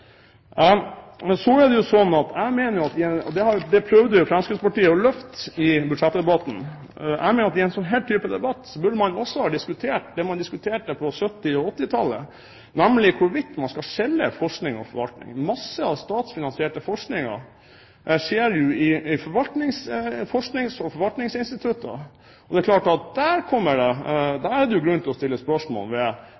sånn type debatt burde man – og det prøvde jo Fremskrittspartiet å løfte i budsjettdebatten – også ha diskutert det man diskuterte på 1970- og 1980-tallet, nemlig hvorvidt man skal skille forskning og forvaltning. Mye av den statsfinansierte forskningen skjer jo i forsknings- og forvaltningsinstitutter, og det er klart at der er det